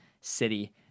city